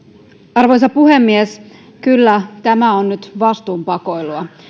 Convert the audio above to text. arvoisa puhemies kyllä tämä on nyt vastuun pakoilua